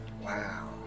Wow